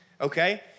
okay